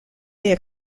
est